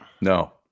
No